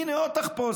הינה, עוד תחפושת: